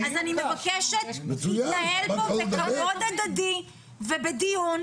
אז אני מבקשת להתנהל פה בכבוד הדדי בדיון.